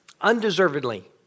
undeservedly